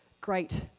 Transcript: great